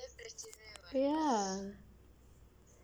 ya